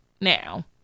now